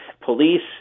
police